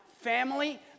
family